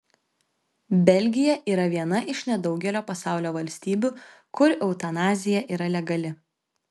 belgija yra viena iš nedaugelio pasaulio valstybių kur eutanazija yra legali